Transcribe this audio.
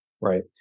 right